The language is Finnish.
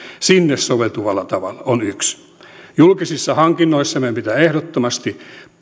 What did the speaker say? niille soveltuvalla tavalla tämä on yksi tavoite julkisissa hankinnoissa meidän pitää ehdottomasti